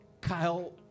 Kyle